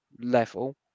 level